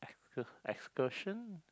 excursion